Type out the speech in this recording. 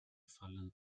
fallen